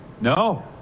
No